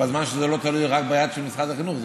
בזמן שזה לא תלוי רק ביד של משרד החינוך,